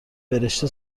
برشته